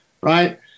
right